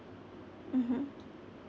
mmhmm